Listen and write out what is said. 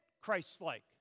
Christ-like